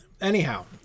Anyhow